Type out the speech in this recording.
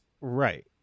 Right